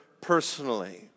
personally